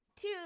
two